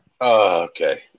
Okay